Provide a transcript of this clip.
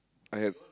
I had